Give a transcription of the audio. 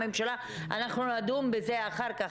אנחנו נדון בזה אחר כך.